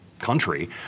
country